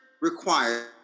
required